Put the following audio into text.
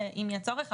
אם יהיה צורך,